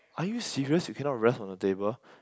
are you serious you cannot rest on the table